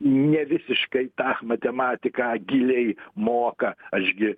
nevisiškai tą matematiką giliai moka aš gi